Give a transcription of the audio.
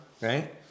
right